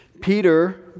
Peter